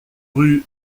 rue